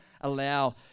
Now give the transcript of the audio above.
allow